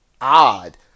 odd